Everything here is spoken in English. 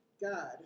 God